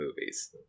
movies